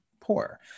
poor